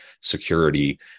security